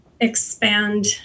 expand